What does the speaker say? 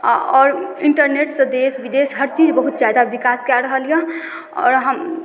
आओर आओर इन्टरनेटसँ देश विदेश हर चीज बहुत जादा विकास कए रहल यऽ आओर हम